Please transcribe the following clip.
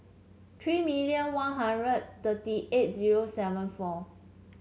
three million One Hundred thirty eight zero seven four